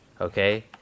Okay